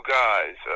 guys